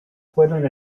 fueron